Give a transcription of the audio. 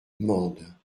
mende